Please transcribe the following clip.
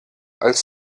als